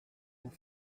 vous